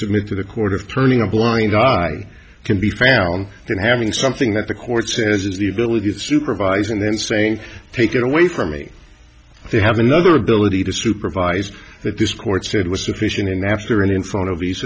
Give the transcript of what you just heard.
submit to the court of turning a blind eye can be found in having something that the court says is the ability to supervise and then saying take it away from me they have another ability to supervise that this court said was sufficient and after in front of the